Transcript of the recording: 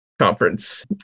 conference